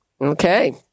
Okay